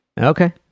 Okay